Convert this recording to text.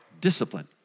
discipline